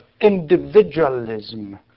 individualism